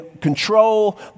control